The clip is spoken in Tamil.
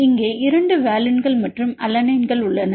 இங்கே 2 வாலின்கள் மற்றும் அலனைன் உள்ளன